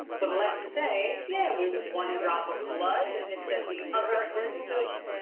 but let's say, yeah there is one drop of blood and it's at the other end and of